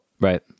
Right